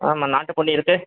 ஆமாம் நாட்டுப் பொன்னி இருக்குது